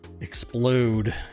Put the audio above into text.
explode